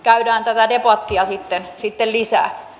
käydään tätä debattia sitten lisää